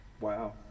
Wow